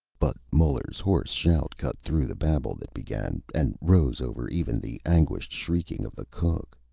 but muller's hoarse shout cut through the babble that began, and rose over even the anguished shrieking of the cook.